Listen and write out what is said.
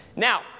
Now